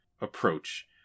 approach